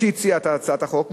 שהציע את הצעת החוק.